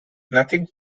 nothing